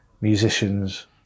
musicians